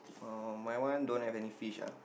uh my one don't have any fish ah